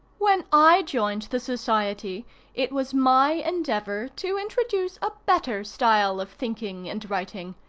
when i joined the society it was my endeavor to introduce a better style of thinking and writing,